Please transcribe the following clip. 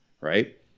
right